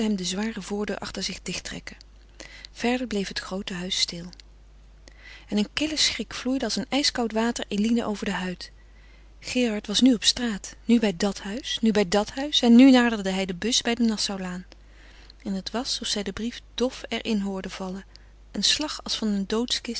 de zware voordeur achter zich dichttrekken verder bleef het groote huis stil en een kille schrik vloeide als een ijskoud water eline over de huid gerard was nu op straat nu bij dàt huis nu bij dàt huis nu naderde hij de bus bij de nassaulaan en het was of zij den brief dof er in hoorde vallen een slag als van een doodkist